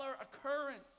occurrence